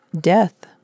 death